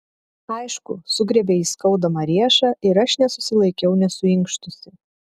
aišku sugriebė jis skaudamą riešą ir aš nesusilaikiau nesuinkštusi